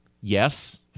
Yes